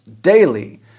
daily